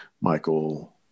Michael